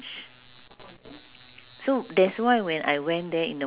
then some of them we went around !aiya! so there's this stall